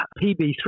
PB3